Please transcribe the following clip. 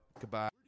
Goodbye